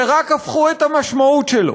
ורק הפכו את המשמעות שלו,